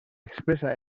expresa